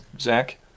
Zach